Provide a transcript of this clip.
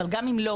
אבל גם אם לא,